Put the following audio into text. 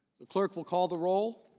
the clerk will call the role.